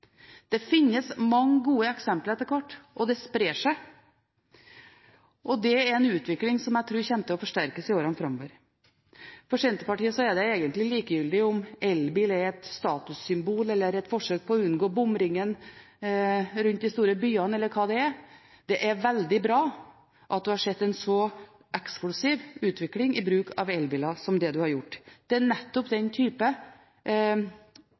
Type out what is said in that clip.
Det finnes mange gode eksempler etter hvert, og det sprer seg. Det er en utvikling jeg tror kommer til å forsterkes i årene framover. For Senterpartiet er det egentlig likegyldig om elbil er et statussymbol eller et forsøk på å unngå bomringen rundt de store byene eller hva det er. Det er veldig bra at vi har sett en så eksplosiv utvikling i bruk av elbiler som det vi har gjort. Det er nettopp den type